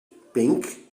pink